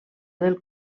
del